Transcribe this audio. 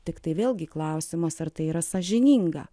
tiktai vėlgi klausimas ar tai yra sąžininga